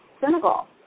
Senegal